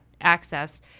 access